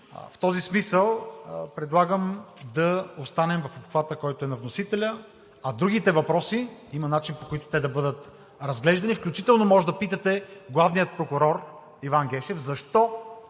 В този смисъл предлагам да останем в обхвата, който е на вносителя, а другите въпроси – има начини, по които те да бъдат разглеждани, включително може да питате главния прокурор Иван Гешев защо